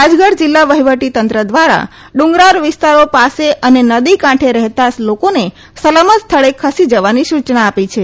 રાજગઢ જીલ્લા વહીવટીતંત્ર દ્વારા ડુંગરાળ વિસ્તારો પાસે અને નદી કાંઠે રહેતા લોકોને સલામત સ્થળે ખસી જવાની સુચના આપી છે